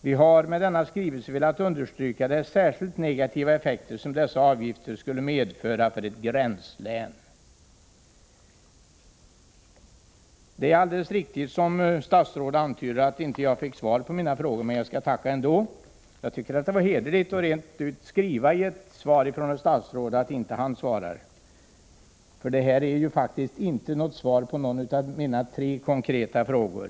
Vi har med denna skrivelse velat understryka de särskilt negativa effekter som dessa avgifter skulle medföra för ett gränslän.” Det är alldeles riktigt som statsrådet antyder att jag inte fått svar på mina frågor. Men jag skall tacka ändå. Jag tycker att det var hederligt av statsrådet att skriva rent ut att han inte kan svara. Det skrivna svaret innehåller ju faktiskt inte några svar på mina tre konkreta frågor.